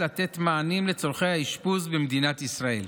לתת מענים לצורכי האשפוז במדינת ישראל.